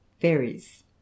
varies